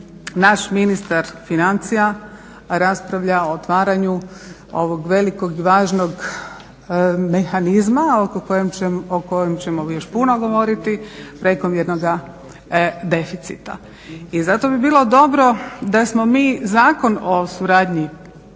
naš ministar financija raspravlja o otvaranju ovog velikog i važnog mehanizma, o kojem ćemo još puno govoriti, prekomjernoga deficita. I zato bi bilo dobro da smo mi Zakon o suradnji